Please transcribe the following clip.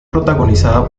protagonizada